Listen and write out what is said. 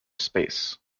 space